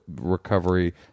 recovery